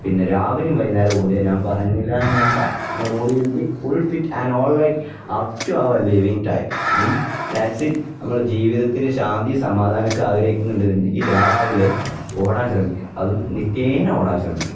പിന്നെ രാവിലെയും വൈകന്നേരം ഓടിയാൽ ഞാൻ പറഞ്ഞില്ല എന്ന് വേണ്ട നമ്മുടെ body will be full fit and alright up to our living time that it നമ്മള ജീവിതത്തി ശാന്തി സമാധാനമൊക്കെ ആഗ്രഹിക്കുന്നുണ്ട് എന്നുണ്ടെങ്കിൽ രാവിലെ ഓടാൻ ശ്രമിക്കുക അതും നിത്യേന ഓടാൻ ശ്രമിക്കുക